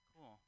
cool